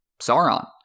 Sauron